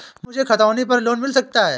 क्या मुझे खतौनी पर लोन मिल सकता है?